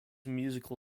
musical